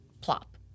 plop